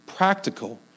practical